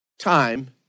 time